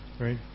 right